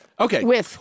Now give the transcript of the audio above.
Okay